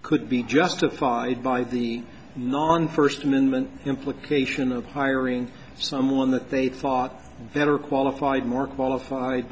could be justified by the no on first amendment implication of hiring someone that they thought better qualified more qualified